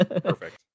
Perfect